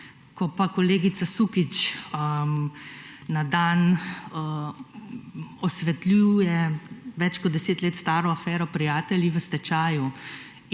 Ko pa kolegica Sukič na dan osvetljuje več kot deset let staro afero prijatelji v stečaju